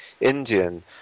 Indian